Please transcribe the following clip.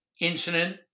incident